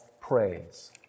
praise